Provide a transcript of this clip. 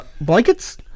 Blankets